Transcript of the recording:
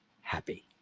happy